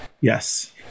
Yes